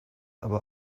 aber